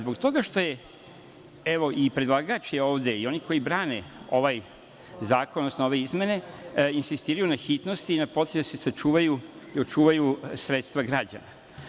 Zbog toga što je, evo i predlagač je ovde i oni koji brane ovaj zakon, odnosno ove izmene, insistiraju na hitnosti i na potrebi da se sačuvaju i očuvaju sredstva građana.